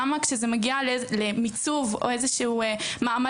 למה כשזה מגיע למיצוב או איזה שהוא מעמד